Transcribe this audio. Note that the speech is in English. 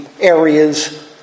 areas